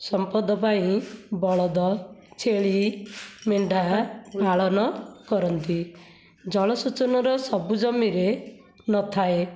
ସମ୍ପଦ ପାଇଁ ବଳଦ ଛେଳି ମେଣ୍ଢା ପାଳନ କରନ୍ତି ଜଳସେଚନର ସବୁ ଜମିରେ ନଥାଏ